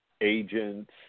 agents